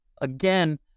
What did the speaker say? again